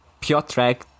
Piotrek